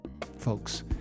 Folks